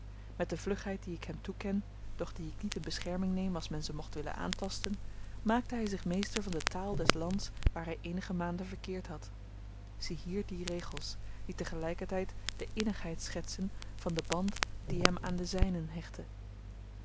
met de vlugheid die ik hem toeken doch die ik niet in bescherming neem als men ze mocht willen aantasten maakte hy zich meester van de taal des lands waar hy eenige maanden verkeerd had ziehier die regels die te gelyker tyd de innigheid schetsen van den band die hem aan de zynen hechtte